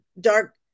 dark